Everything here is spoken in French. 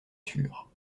sûre